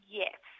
yes